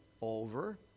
over